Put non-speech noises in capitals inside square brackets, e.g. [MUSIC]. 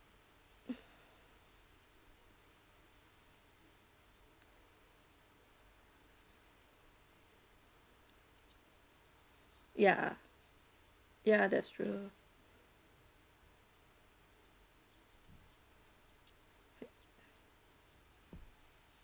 [NOISE] ya ya that's true